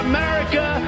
America